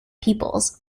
pupils